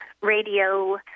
radio